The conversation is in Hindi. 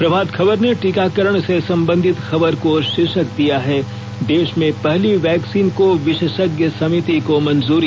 प्रभात खबर ने टीकाकरण से संबंधित खबर को शीर्षक दिया है देश में पहली वैक्सीन को विशेषज्ञ समिति को मंजूरी